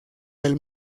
del